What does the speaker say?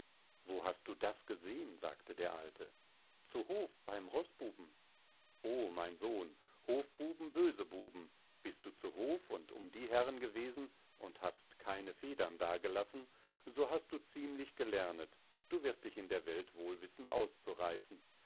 wo hast du das gesehn sagte der alte zu hof beim roßbuben o mein sohn hofbuben böse buben bist du zu hof und um die herren gewesen und hast keine federn da gelassen so hast du ziemlich gelernet du wirst dich in der welt wohl wissen auszureißen